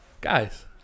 guys